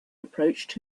approached